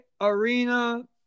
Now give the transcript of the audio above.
arena